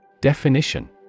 Definition